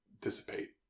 dissipate